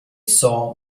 saw